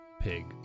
pig